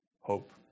hope